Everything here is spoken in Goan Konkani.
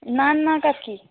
ना ना काकी